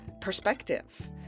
perspective